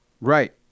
Right